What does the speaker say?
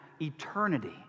eternity